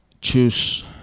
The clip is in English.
choose